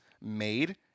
made